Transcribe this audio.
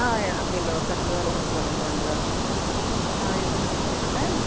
ആഹ് അതെയല്ലോ കരന്തുവാല റെസ്റ്ററാൻറ്റ് ആണല്ലോ ആഹ് എവിടുന്നാണ് വിളിക്കുന്നത്